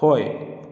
ꯍꯣꯏ